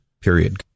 period